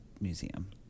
museum